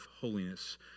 holiness